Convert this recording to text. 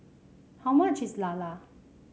how much is Lala